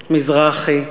מזרחי,